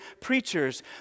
preachers